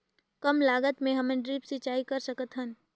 कम लागत मे हमन ड्रिप सिंचाई कर सकत हन?